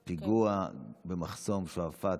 בדקות אלו יש פיגוע במחסום שועפאט.